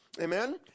Amen